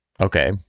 Okay